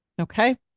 Okay